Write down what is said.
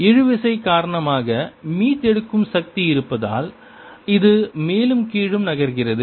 இழுவிசை காரணமாக மீட்டெடுக்கும் சக்தி இருப்பதால் இது மேலும் கீழும் நகர்கிறது